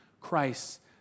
Christ